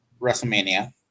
WrestleMania –